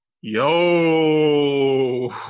Yo